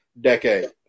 decade